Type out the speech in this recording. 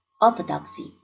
orthodoxy